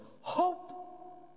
Hope